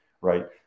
right